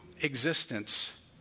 existence